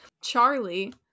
Charlie